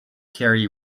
carry